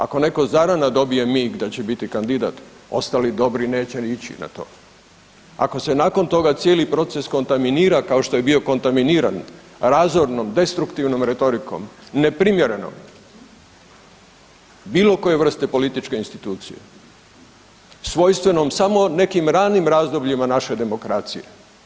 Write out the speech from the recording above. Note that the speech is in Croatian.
Ako neko zarana dobije mig da će bit kandidat, ostali dobri neće ni ići na to, ako se nakon toga cijeli proces kontaminira kao što je bio kontaminiran razornom destruktivnom retorikom, neprimjereno bilo koje vrste političke institucije, svojstveno samo nekim ranim razdobljima naše demokracije.